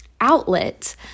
outlet